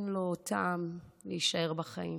שאין לו טעם להישאר בחיים.